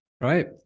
right